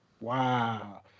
Wow